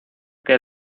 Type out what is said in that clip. que